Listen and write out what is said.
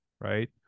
right